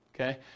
okay